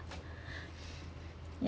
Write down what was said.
ya